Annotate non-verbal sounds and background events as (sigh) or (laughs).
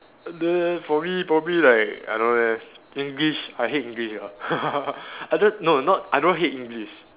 then for me probably like I don't leh English I hate English ah (laughs) I don't no not I don't hate English